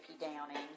Downing